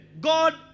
God